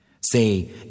Say